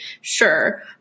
Sure